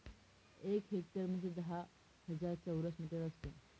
एक हेक्टर म्हणजे दहा हजार चौरस मीटर असते